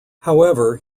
however